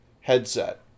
headset